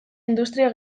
industria